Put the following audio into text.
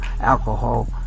alcohol